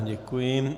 Děkuji.